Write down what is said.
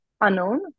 unknown